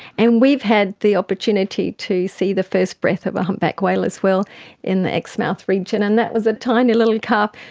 and we've had the opportunity to see the first breath of a humpback whale as well in the exmouth region, and that was a tiny little calf,